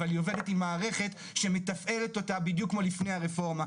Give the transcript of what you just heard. אבל היא עובדת עם מערכת שמתפעלת אותה בדיוק כמו לפני הרפורמה,